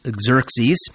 Xerxes